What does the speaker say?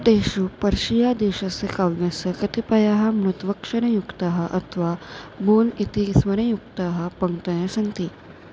तेषु पर्शिया देशस्य काव्यस्य कतिपयाः मृद्वक्षरयुक्ताः अथवा बोल् इति स्वरयुक्ताः पङ्क्तयः सन्ति